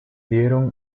dieron